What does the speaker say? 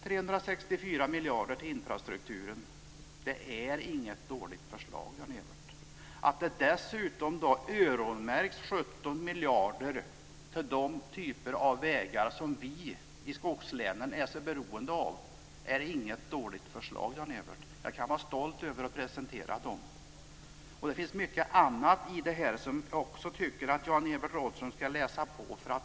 364 miljarder till infrastrukturen - det är inget dåligt förslag, Jan-Evert. Att det dessutom öronmärks 17 miljarder till de typer av vägar som vi i skogslänen är så beroende av är inget dåligt förslag, Jan-Evert. Jag kan vara stolt över att presentera dessa förslag. Det finns mycket annat i detta som jag också tycker att Jan-Evert Rådhström ska läsa på.